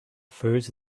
first